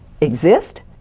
exist